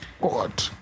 God